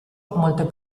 molte